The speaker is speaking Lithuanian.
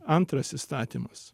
antras įstatymas